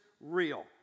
real